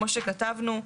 כמו שכתבנו,